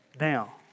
Now